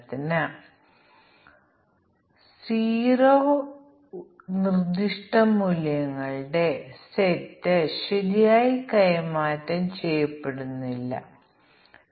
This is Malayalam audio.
N വലിയ 20 30 എന്നിങ്ങനെയാണെങ്കിൽ സാധ്യമായ എല്ലാ മൂല്യങ്ങളും പരിശോധിക്കാൻ കഴിയാത്തവിധം കോമ്പിനേഷനുകളുടെ എണ്ണം വളരെ കൂടുതലാണ്